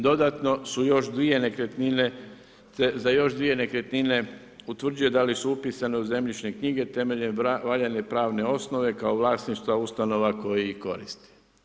Dodatno su još dvije nekretnine, za još dvije nekretnine utvrđuje da li su upisane u zemljišne knjige temeljem valjane pravne osnove kao vlasništva ustanova koji ih koristi.